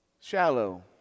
shallow